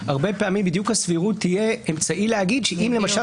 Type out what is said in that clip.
הרבה פעמים הסבירות תהיה אמצעי להגיד שאם למשל